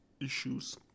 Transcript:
issues